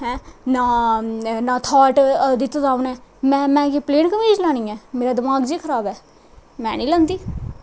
हैं ना थॉट दित्ते दा उ'नै में केह् प्लेन कमीज लानी ऐ मेरा दमाक खराब ऐ में निं लांदी